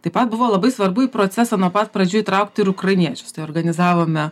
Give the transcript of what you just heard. taip pat buvo labai svarbu į procesą nuo pat pradžių įtraukti ir ukrainiečius tai organizavome